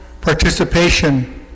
participation